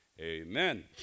Amen